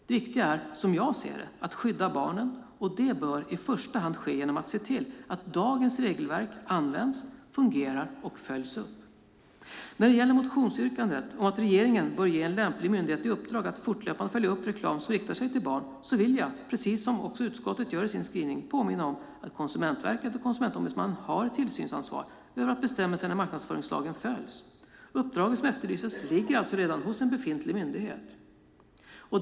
Det viktiga är, som jag ser det, att skydda barnen, och det bör i första hand ske genom att se till att dagens regelverk används, fungerar och följs upp. När det gäller motionsyrkandet om att regeringen bör ge en lämplig myndighet i uppdrag att fortlöpande följa upp reklam som riktar sig till barn vill jag, precis som utskottet gör i sin skrivning, påminna om att Konsumentverket och Konsumentombudsmannen har ett tillsynsansvar över att bestämmelserna i marknadsföringslagen följs. Uppdraget som efterlyses ligger alltså redan hos en befintlig myndighet.